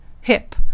hip